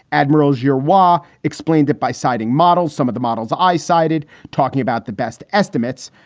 admirals, your war explained it by citing models, some of the models i cited talking about the best estimates.